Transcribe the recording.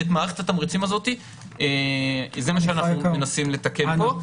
ואת מערכת התמריצים הזאת זה מה שאנחנו מנסים לתקן פה.